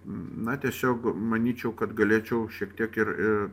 na tiesiog manyčiau kad galėčiau šiek tiek ir ir